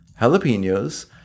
jalapenos